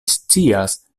scias